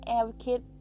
advocate